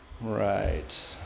Right